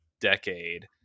decade